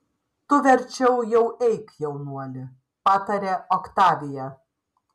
tu verčiau jau eik jaunuoli patarė oktavija